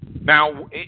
Now